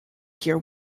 here